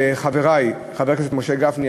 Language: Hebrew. לחברי חבר הכנסת משה גפני,